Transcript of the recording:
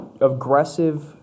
aggressive